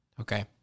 Okay